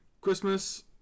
Christmas